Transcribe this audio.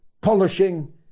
polishing